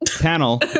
panel